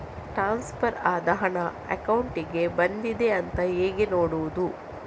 Transfer ಆದ ಹಣ ಅಕೌಂಟಿಗೆ ಬಂದಿದೆ ಅಂತ ಹೇಗೆ ನೋಡುವುದು?